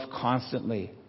constantly